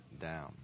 down